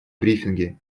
брифинги